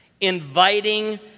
inviting